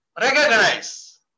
Recognize